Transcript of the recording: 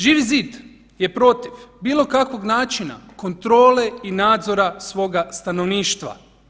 Živi zid je protiv bilo kakvog načina kontrole i nadzora svoga stanovništva.